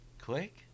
Click